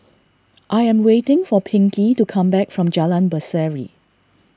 I am waiting for Pinkey to come back from Jalan Berseri